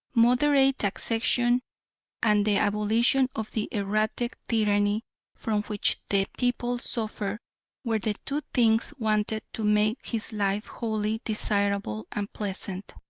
moderate taxation and the abolition of the erratic tyranny from which the people suffered were the two things wanted to make his life wholly desirable and pleasant.